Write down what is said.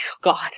God